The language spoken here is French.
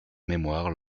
mémoire